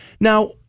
Now